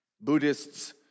Buddhists